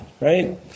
right